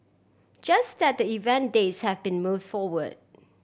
just that the event dates have been move forward